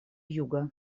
юга